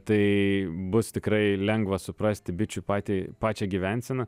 tai bus tikrai lengva suprasti bičių patį pačią gyvenseną